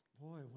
boy